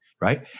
right